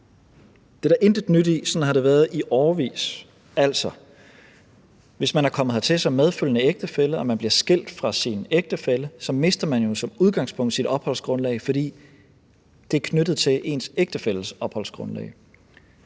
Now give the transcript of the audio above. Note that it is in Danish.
Det er der intet nyt i; sådan har det været i årevis. Altså, hvis man er kommet hertil som medfølgende ægtefælle og man bliver skilt fra sin ægtefælle, mister man jo som udgangspunkt sit opholdsgrundlag, fordi det er knyttet til ens ægtefælles opholdsgrundlag,